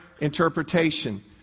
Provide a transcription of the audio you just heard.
interpretation